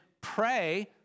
pray